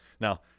Now